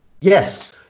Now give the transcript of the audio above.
Yes